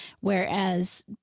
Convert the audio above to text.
whereas